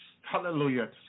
Hallelujah